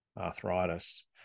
Arthritis